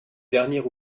dernier